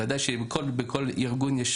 ודאי שבכל ארגון יש